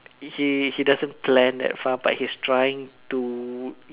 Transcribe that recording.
he he doesn't plan that far but he's trying to